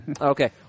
Okay